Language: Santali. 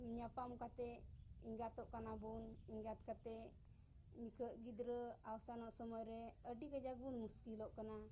ᱧᱟᱯᱟᱢ ᱠᱟᱛᱮᱫ ᱮᱸᱜᱟᱛᱚᱜ ᱠᱟᱱᱟ ᱵᱚᱱ ᱮᱸᱜᱟᱛ ᱠᱟᱛᱮᱫ ᱱᱤᱛᱚᱜ ᱜᱤᱫᱽᱨᱟᱹ ᱟᱣᱥᱟᱱᱚᱜ ᱥᱚᱢᱚᱭ ᱨᱮ ᱟᱹᱰᱤ ᱠᱟᱡᱟᱠ ᱵᱚᱱ ᱢᱩᱥᱠᱤᱞᱚᱜ ᱠᱟᱱᱟ